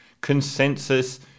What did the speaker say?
consensus